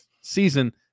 season